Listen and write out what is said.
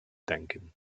danken